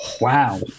wow